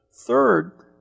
Third